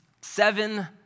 seven